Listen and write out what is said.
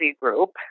group